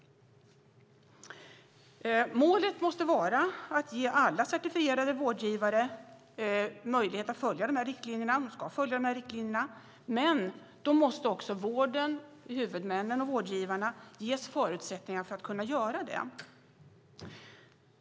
Målet måste vara att ge alla certifierade vårdgivare möjlighet att följa de här riktlinjerna - de ska följa de här riktlinjerna - men då måste också vården, huvudmännen och vårdgivarna, ges förutsättningar att kunna göra det.